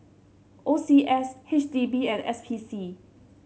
O C S H D B and S P C